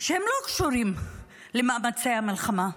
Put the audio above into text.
שלא קשורות למאמצי המלחמה,